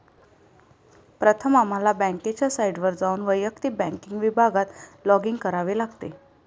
प्रथम आम्हाला बँकेच्या साइटवर जाऊन वैयक्तिक बँकिंग विभागात लॉगिन करावे लागेल